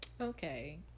Okay